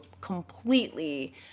completely